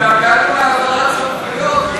התגעגענו להעברת סמכויות.